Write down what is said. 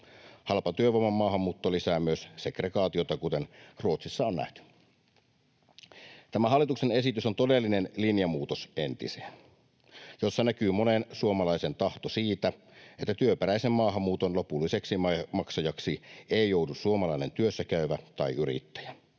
Halpatyövoiman maahanmuutto lisää myös segregaatiota, kuten Ruotsissa on nähty. Tämä hallituksen esitys on todellinen linjamuutos entiseen. Siinä näkyy monen suomalaisen tahto siitä, että työperäisen maahanmuuton lopulliseksi maksajaksi ei joudu suomalainen työssäkäyvä tai yrittäjä,